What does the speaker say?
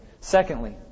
Secondly